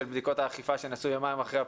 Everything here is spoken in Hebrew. בדיקות האכיפה שנעשו יומיים אחרי הפנייה.